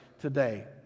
today